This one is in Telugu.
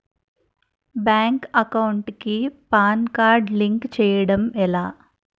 బ్యాంక్ అకౌంట్ కి పాన్ కార్డ్ లింక్ చేయడం ఎలా?